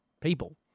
people